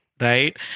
right